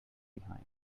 behind